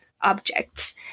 objects